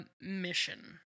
mission